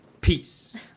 peace